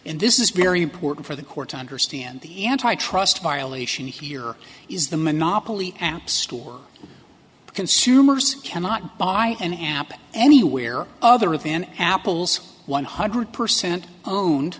and this is very important for the court to understand the antitrust violation here is the monopoly app store consumers cannot buy an apple anywhere other than apple's one hundred percent own